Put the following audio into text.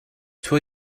toi